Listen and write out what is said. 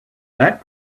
that